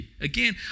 Again